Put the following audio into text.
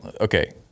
Okay